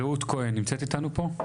רעות כהן נמצאת איתנו פה?